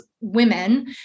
women